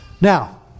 Now